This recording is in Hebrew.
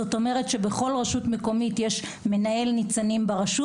זאת אומרת שבכל רשות יש רפרנט לתוכנית ׳ניצנים׳,